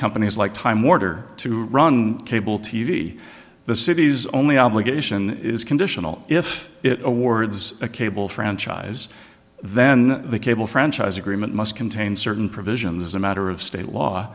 companies like time order to run cable t v the city's only obligation is conditional if it awards a cable franchise then the cable franchise agreement must contain certain provisions as a matter of state law